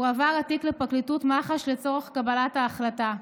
הועבר התיק לפרקליטות מח"ש לצורך קבלת ההחלטה.